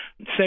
say